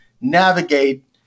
navigate